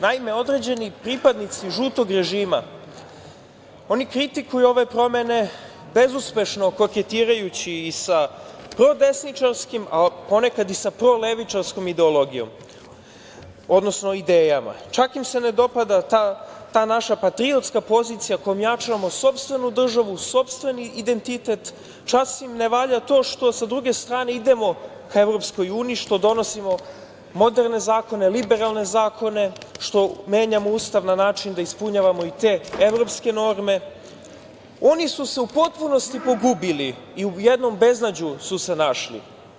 Naime, određeni pripadnici žutog režima kritikuju ove promene bezuspešno koketirajući i sa prodesničarskim, a ponekad i sa prolevičarskom ideologijom, odnosno idejama, čak im se ne dopada ta naša patriotska pozicija kojom jačamo sopstvenu državu, sopstveni identitet, čas im ne valja to što sa druge strane idemo ka EU, što donosimo moderne zakone, liberalne zakone, što menjamo Ustav na način da ispunjavamo i te evropske norme, oni su se u potpunosti pogubili i u jednom beznađu su se našli.